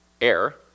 air